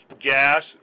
gas